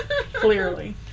Clearly